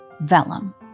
vellum